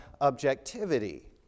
objectivity